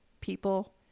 people